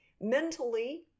Mentally